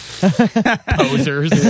Posers